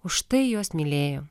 už tai juos mylėjo